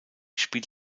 spielt